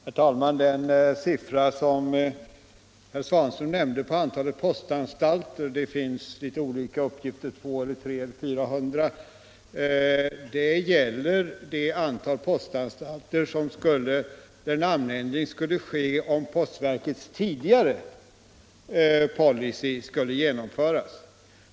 Herr talman! Herr Svanström nämnde antalet postanstalter som skulle få en namnändring, men det finns litet olika uppgifter om det: 200, 300 eller 400. Dessutom gäller den siffran antalet postanstalter där namnändring skulle ske, om postverkets tidigare policy skulle genomföras.